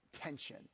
tension